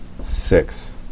six